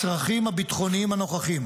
הצרכים הביטחוניים הנוכחיים